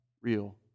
real